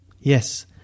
Yes